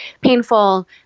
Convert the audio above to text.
painful